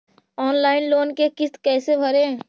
Online loan के किस्त कैसे भरे?